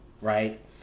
right